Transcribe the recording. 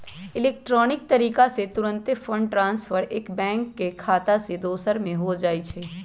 electronic तरीका से तूरंते फंड ट्रांसफर एक बैंक के खता से दोसर में हो जाइ छइ